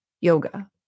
yoga